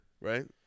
right